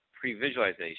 pre-visualization